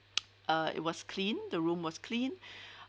uh it was clean the room was clean